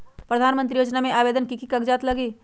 प्रधानमंत्री योजना में आवेदन मे की की कागज़ात लगी?